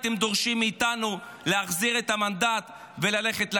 הייתם דורשים מאיתנו להחזיר את המנדט וללכת לקלפי.